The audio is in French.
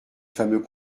fameux